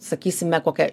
sakysime kokią